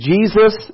Jesus